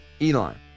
Elon